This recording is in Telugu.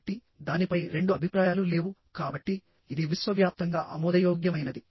కాబట్టి దానిపై రెండు అభిప్రాయాలు లేవు కాబట్టి ఇది విశ్వవ్యాప్తంగా ఆమోదయోగ్యమైనది